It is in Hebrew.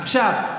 עכשיו,